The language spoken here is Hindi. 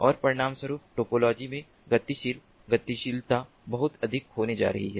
और परिणामस्वरूप टोपोलॉजी में गतिशील गतिशीलता बहुत अधिक होने जा रही है